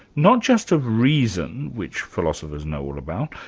not just of reason, which philosophers know all about,